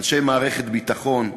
אנשי מערכת הביטחון,